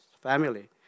family